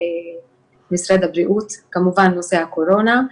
משרד הבריאות, כמובן בנושא הקורונה.